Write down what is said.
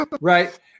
right